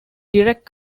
direct